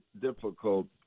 difficult